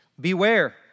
Beware